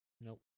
Nope